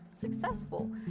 successful